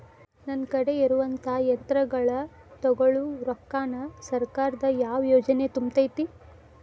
ನನ್ ಕಡೆ ಇರುವಂಥಾ ಯಂತ್ರಗಳ ತೊಗೊಳು ರೊಕ್ಕಾನ್ ಸರ್ಕಾರದ ಯಾವ ಯೋಜನೆ ತುಂಬತೈತಿ?